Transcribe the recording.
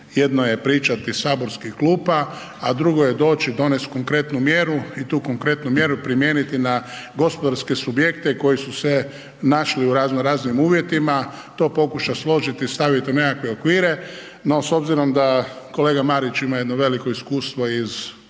jedno je pričati iz saborskih klupa, a drugo je doći i donest konkretnu mjeru i tu konkretnu mjeru primijeniti na gospodarske subjekte koji su se našli u razno raznim uvjetima, to pokuša složit i stavit u nekakve okvire. No s obzirom da kolega Marić ima jedno veliko iskustvo iz